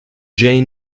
jane